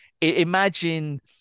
imagine